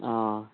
ᱚᱸᱻ